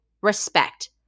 respect